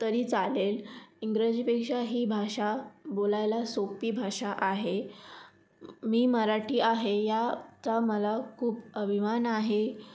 तरी चालेल इंग्रजीपेक्षा ही भाषा बोलायला सोप्पी भाषा आहे मी मराठी आहे याचा मला खूप अभिमान आहे